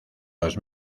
los